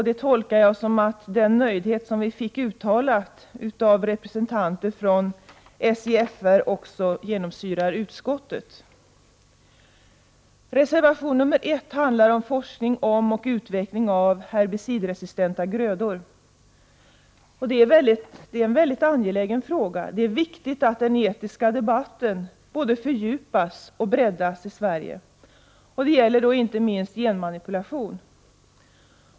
Detta tolkar jag så att den tillfredsställelse som representanter för SJFR gav uttryck åt i går också genomsyrar utskottet. Reservation nr 1 gäller forskning om och utveckling av herbicidresistenta grödor. Detta är en mycket angelägen fråga. Det är angeläget att den etiska debatten både fördjupas och breddas i Sverige, och det gäller då inte minst genmanipulation.